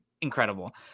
incredible